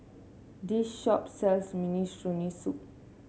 this shop sells Minestrone